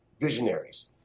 visionaries